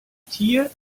tier